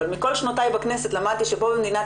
אבל בכל שנותיי בכנסת למדתי שפה במדינת